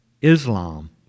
Islam